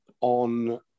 on